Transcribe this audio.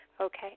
Okay